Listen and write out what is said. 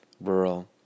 rural